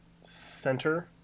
center